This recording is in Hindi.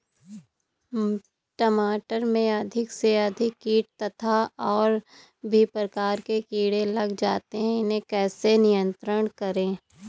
टमाटर में अधिक से अधिक कीट तथा और भी प्रकार के कीड़े लग जाते हैं इन्हें कैसे नियंत्रण करें?